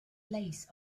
lace